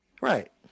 Right